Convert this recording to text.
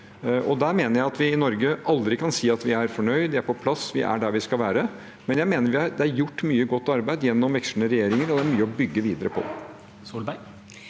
Der mener jeg at vi i Norge aldri kan si at vi er fornøyd, at vi er på plass, at vi er der vi skal være, men jeg mener det er gjort mye godt arbeid gjennom vekslende regjeringer, og det er mye å bygge videre på.